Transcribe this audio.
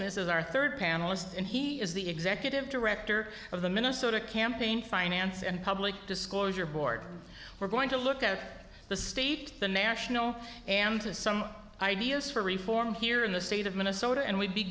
miss is our third panelist and he is the executive director of the minnesota campaign finance and public disclosure board we're going to look at the state the national and to some ideas for reform here in the state of minnesota and we